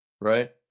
right